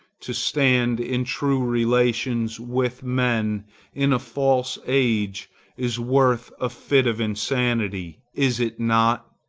to stand in true relations with men in a false age is worth a fit of insanity, is it not?